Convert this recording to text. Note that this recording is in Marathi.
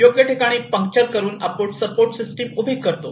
योग्य ठिकाणी पंक्चर करून आपण सपोर्ट सिस्टीम उभी करतो